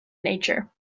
nature